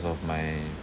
of my